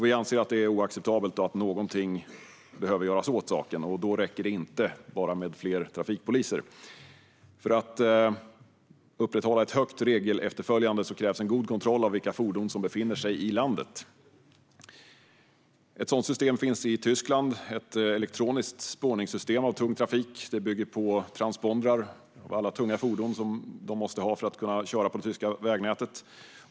Vi anser att det är oacceptabelt och att någonting behöver göras åt saken. Då räcker det inte med bara fler trafikpoliser. För att upprätthålla ett högt regelefterföljande krävs en god kontroll av vilka fordon som befinner sig i landet. Ett sådant system finns i Tyskland. Det är ett elektroniskt spårningssystem av tung trafik. Det bygger på att alla tunga fordon måste ha transpondrar för att få köra på det tyska vägnätet.